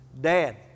Dad